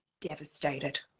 devastated